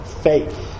faith